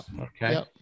okay